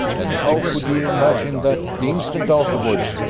and how could you imagine that the instant afterwards,